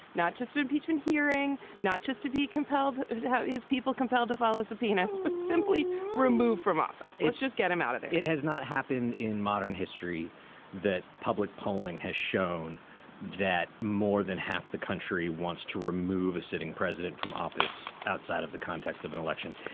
not just impeachment hearing, not just to be compelled his people compelled to follow subpoenas, but simply removed from office. let's just get him out of it it has not happened in modern history that public polling has shown that more than half the country wants to remove a sitting president from office outside of the context of an election.